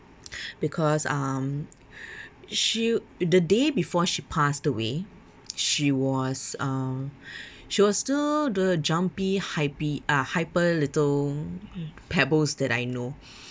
because um she the day before she passed away she was uh she was still the jumpy hyper uh hyper little pebbles that I know